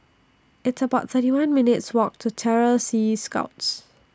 It's about thirty one minutes' Walk to Terror Sea Scouts